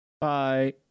Bye